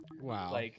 Wow